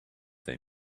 they